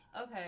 Okay